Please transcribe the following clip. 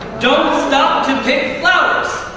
don't stop to pick flowers.